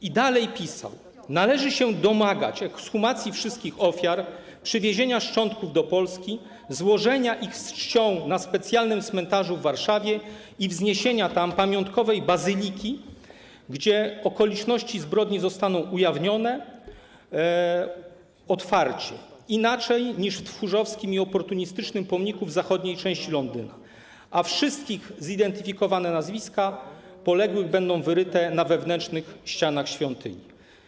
I dalej pisał: „Należy się domagać ekshumacji wszystkich ofiar, przewiezienia szczątków do Polski, złożenia ich z czcią na specjalnym cmentarzu w Warszawie i wzniesienia tam pamiątkowej bazyliki, gdzie okoliczności zbrodni zostałyby ujawnione otwarcie, inaczej niż w tchórzowskim i oportunistycznym pomniku w zachodniej części Londynu, a wszystkie zidentyfikowane nazwiska poległych byłyby wyryte na wewnętrznych ścianach świątyni”